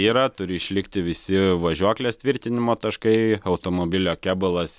yra turi išlikti visi važiuoklės tvirtinimo taškai automobilio kėbulas